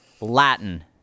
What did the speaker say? latin